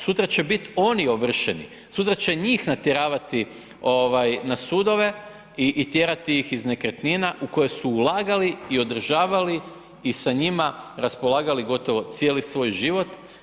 Sutra će bit oni ovršeni, sutra će njih natjeravati na sudove i tjerati ih iz nekretnina u koje su ulagali i održavali i sa njima raspolagali gotovo cijeli svoj život.